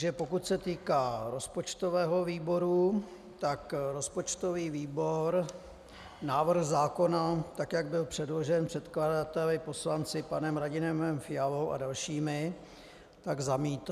Takže pokud se týká rozpočtového výboru rozpočtový výbor návrh zákona tak, jak byl předložen předkladateli poslanci panem Radimem Fialou a dalšími, zamítl.